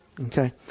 Okay